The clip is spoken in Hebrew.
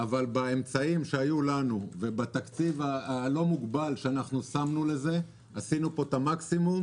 אבל באמצעים שהיו לנו ובתקציב הלא מוגבל ששמנו לזה עשינו את המקסימום.